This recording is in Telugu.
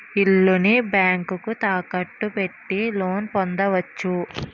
ఇల్లుని బ్యాంకుకు తాకట్టు పెట్టి లోన్ పొందవచ్చు